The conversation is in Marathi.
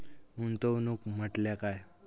गुंतवणूक म्हटल्या काय?